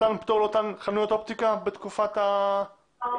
מתן פטור לאותן חנויות אופטיקה בתקופת הסגר?